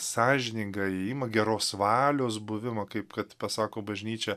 sąžiningą ėjimą geros valios buvimą kaip kad pasako bažnyčia